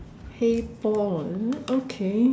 hey Paul okay